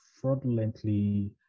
fraudulently